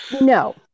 No